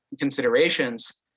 considerations